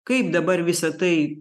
kaip dabar visa tai